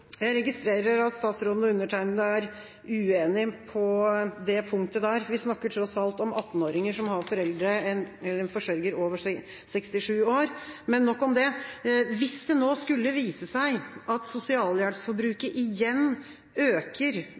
Jeg registrerer at statsråden og undertegnede er uenige på det punktet. Vi snakker tross alt om 18-åringer som har foreldre eller en forsørger over 67 år. Men nok om det. Hvis det nå skulle vise seg at sosialhjelpsforbruket igjen øker